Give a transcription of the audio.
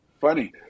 Funny